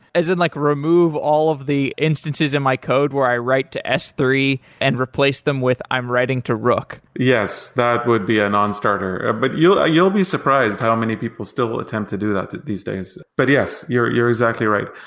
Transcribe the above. as in like remove all of the instances in my code where i write to s three and replace them with, i am writing to rook. yes, that would be a nonstarter, but you'll you'll be surprised how many people still attempt to do that these days. but yes, your you're exactly right.